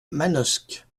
manosque